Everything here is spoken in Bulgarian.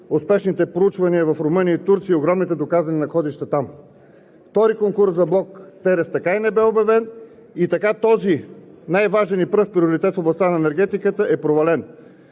успешните проучвания в Румъния и Турция и огромните доказани находища там. Втори конкурс за блок „Терес“ така и не бе обявен и така този най-важен и пръв приоритет в областта на енергетиката е провален.